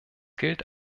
gilt